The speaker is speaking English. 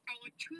I will choose